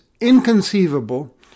inconceivable